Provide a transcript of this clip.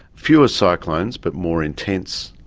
fewer cyclones, but more intense,